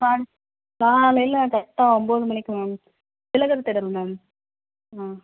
பாண் காலையில் கரெக்டாக ஒம்போது மணிக்கு மேம் திலகர் திடல் மேம் ஆ